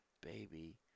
baby